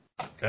Okay